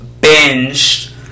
binged